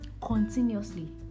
continuously